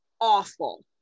awful